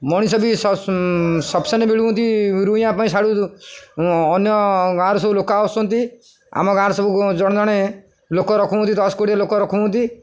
ମଣିଷ ବି ମିଳୁଛନ୍ତି ରୋଇବା ପାଇଁ ଆଡ଼ୁ ଅନ୍ୟ ଗାଁର ସବୁ ଲୋକ ଆସିଛନ୍ତି ଆମ ଗାଁରେ ସବୁ ଜଣେ ଜଣେ ଲୋକ ରଖୁଛନ୍ତି ଦଶ କୋଡ଼ିଏ ଲୋକ ରଖୁଛନ୍ତି